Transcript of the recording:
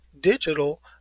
digital